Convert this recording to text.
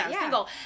single